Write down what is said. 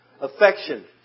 Affection